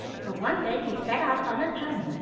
so one day he set out on a journey,